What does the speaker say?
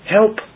Help